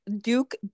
Duke